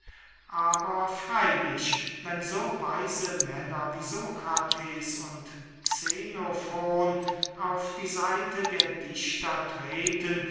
aber freylich wenn so weise männer wie sokrates und xenofon auf die seite der dichter treten